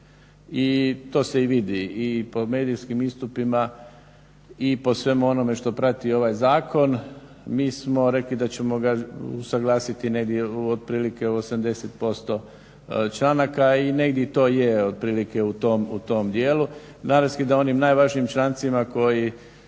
I to se i vidi i po medijskim istupima i po svemu onome što prati ovaj zakon. Mi smo rekli da ćemo ga usuglasiti negdje u otprilike 80% članaka, i negdje to je otprilike u tom dijelu. Navesti da onim najvažnijim člancima koji